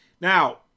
Now